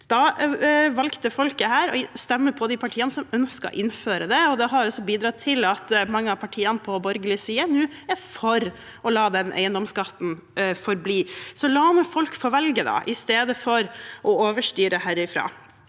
folket her å stemme på de partiene som ønsket å innføre det, og det har bidratt til at mange av partiene på borgerlig side nå er for å la den eiendomsskatten forbli. La nå folk få velge, i stedet for å overstyre herfra.